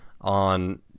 on